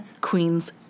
queen's